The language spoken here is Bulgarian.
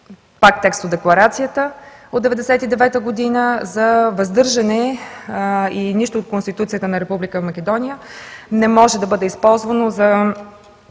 пак текст от Декларацията от 1999 г. за въздържане. И нищо от Конституцията на Република Македония не може да бъде използвано за